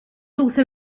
also